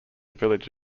village